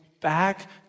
back